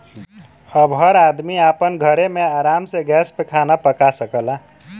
अब हर आदमी आपन घरे मे आराम से गैस पे खाना पका सकला